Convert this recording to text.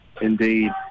indeed